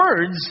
words